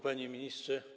Panie Ministrze!